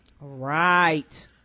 Right